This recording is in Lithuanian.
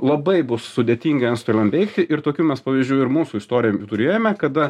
labai bus sudėtingi anstoliam veikti ir tokių mes pavyzdžių ir mūsų istorijoj turėjome kada